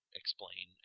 explain